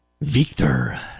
Victor